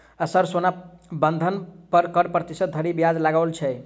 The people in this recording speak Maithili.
सर सोना बंधक पर कऽ प्रतिशत धरि ब्याज लगाओल छैय?